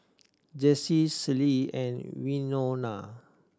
Jessie Celie and Winona